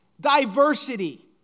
diversity